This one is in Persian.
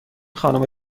خانم